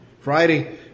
Friday